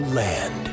land